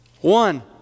One